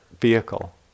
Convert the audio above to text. vehicle